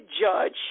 judge